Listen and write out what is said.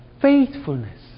Faithfulness